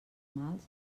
mals